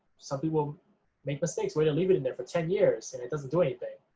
some people make mistakes where they leave it in there for ten years and it doesn't do anything.